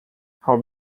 how